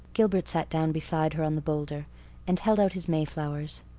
gilbert sat down beside her on the boulder and held out his mayflowers.